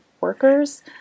workers